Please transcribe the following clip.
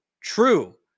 true